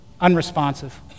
unresponsive